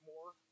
More